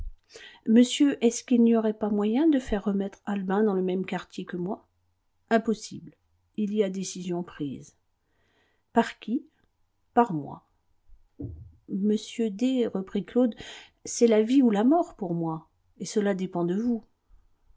monsieur est-ce qu'il n'y aurait pas moyen de faire remettre albin dans le même quartier que moi impossible il y a décision prise par qui par moi monsieur d reprit claude c'est la vie ou la mort pour moi et cela dépend de vous